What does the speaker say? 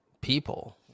people